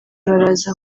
baraza